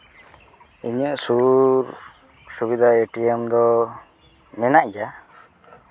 ᱤᱧᱟᱹᱜ ᱥᱩᱨ ᱥᱩᱵᱤᱫᱷᱟ ᱮ ᱴᱤ ᱮᱢ ᱫᱚ ᱢᱮᱱᱟᱜ ᱜᱮᱭᱟ